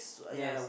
yes